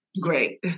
Great